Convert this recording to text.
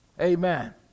Amen